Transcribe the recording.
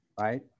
right